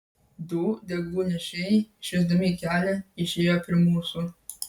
du deglų nešėjai šviesdami kelią išėjo pirm mūsų